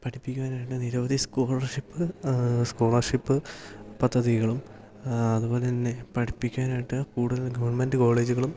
പഠിപ്പിക്കുവാനായിട്ട് നിരവധി scholarship scholarship പദ്ധതികളും അതുപോലെതന്നെ പഠിപ്പിക്കുവാനായിട്ട് കൂടുതൽ ഗവൺമെൻറ്റ് കോളേജുകളും